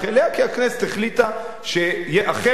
כי הכנסת החליטה שאחרת,